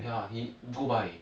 ya he go buy